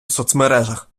соцмережах